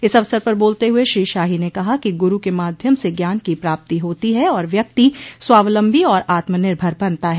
इस अवसर पर बोलते हुए श्री शाही ने कहा कि गुरू के माध्यम से ज्ञान की प्राप्ति होती है और व्यक्ति स्वावलम्बी और आत्मनिर्भर बनता है